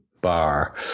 bar